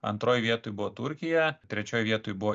antroj vietoj buvo turkija trečioj vietoj buvo